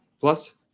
Plus